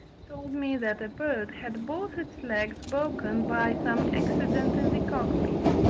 told me that a bird had both its legs broken by some accident in the cockpit,